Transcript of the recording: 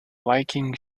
viking